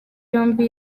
yombi